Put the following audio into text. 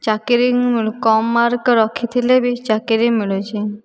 ଚାକିରୀ କମ୍ ମାର୍କ ରଖିଥିଲେ ବି ଚାକିରୀ ମିଳୁଛି